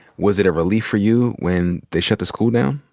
was it a relief for you when they shut the school down?